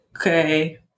okay